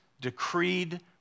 decreed